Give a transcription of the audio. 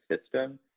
system